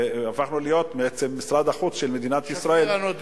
הפכנו להיות משרד החוץ של מדינת ישראל.